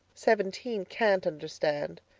seventeen can't understand.